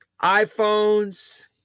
iPhones